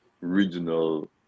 regional